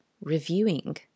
reviewing